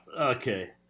Okay